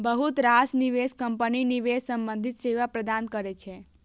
बहुत रास निवेश कंपनी निवेश संबंधी सेवा प्रदान करै छै